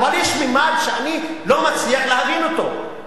אבל יש ממד שאני לא מצליח להבין אותו,